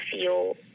feel